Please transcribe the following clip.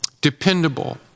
dependable